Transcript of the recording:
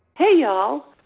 hey y'all.